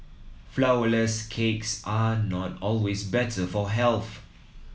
flourless cakes are not always better for health